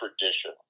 tradition